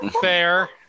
Fair